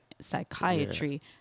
psychiatry